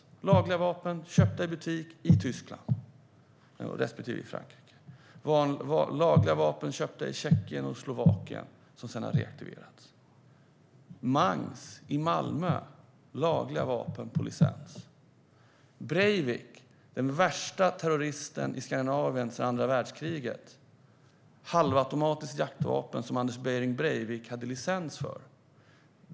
Det var lagliga vapen, köpta i butik i Tyskland respektive Frankrike, samt lagliga vapen inköpta i Tjeckien och Slovakien som sedan hade reaktiverats. Mangs i Malmö använde lagliga vapen som han hade licens för. Breivik - den värsta terroristen i Skandinavien sedan andra världskriget - hade ett halvautomatiskt jaktvapen som han hade licens för.